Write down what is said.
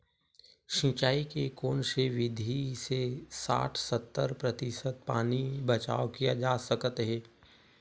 सिंचाई के कोन से विधि से साठ सत्तर प्रतिशत पानी बचाव किया जा सकत हे?